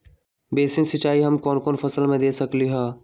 Basin सिंचाई हम कौन कौन फसल में दे सकली हां?